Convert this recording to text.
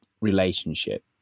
relationship